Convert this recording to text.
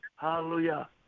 Hallelujah